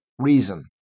Reason